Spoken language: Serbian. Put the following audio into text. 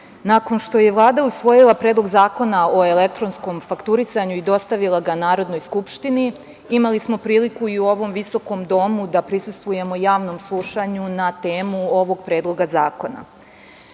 nakon što je Vlada usvojila Predlog zakona o elektronskom fakturisanju i dostavila ga Narodnoj skupštini imali smo priliku i u ovom visokom domu da prisustvujemo javnom slušanju na temu ovog Predloga zakona. Istakla